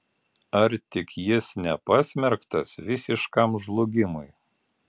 ar tik jis nepasmerktas visiškam žlugimui